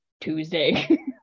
Tuesday